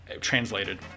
translated